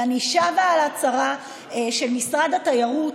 ואני שבה על ההצהרה של משרד התיירות,